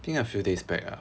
think a few days back ah